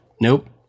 nope